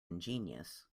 ingenious